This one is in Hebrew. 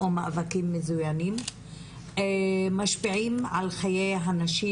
או מאבקים מזויינים משפיעים על חיי הנשים